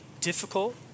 difficult